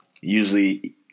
Usually